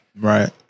Right